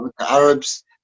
Arabs